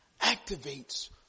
activates